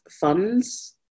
funds